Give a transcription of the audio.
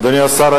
אדוני השר,